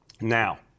Now